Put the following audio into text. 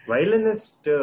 Violinist